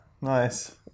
nice